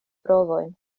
brovojn